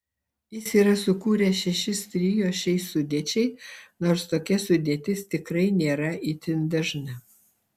jis yra sukūręs šešis trio šiai sudėčiai nors tokia sudėtis tikrai nėra itin dažna